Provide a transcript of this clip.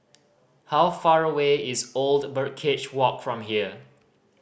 how far away is Old Birdcage Walk from here